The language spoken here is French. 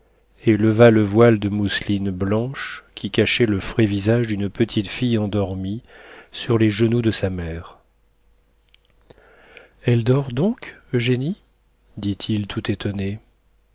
leva le voile de mousseline blanche qui cachait le frais visage d'une petite fille endormie sur les genoux de sa mère elle dort donc eugénie dit-il tout étonné